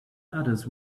others